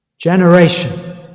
Generation